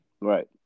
Right